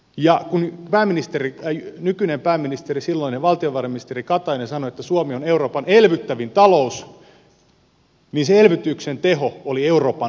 ja kun nykyinen pääministeri silloinen valtiovarainministeri katainen sanoi että suomi on euroopan elvyttävin talous niin se elvytyksen teho oli euroopan huonointa